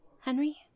Henry